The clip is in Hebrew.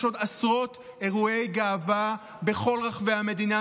יש עוד עשרות אירועי גאווה בכל רחבי המדינה,